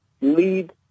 lead